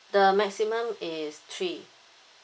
the maximum is three